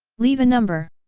leave a number.